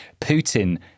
Putin